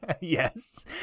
Yes